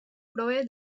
prové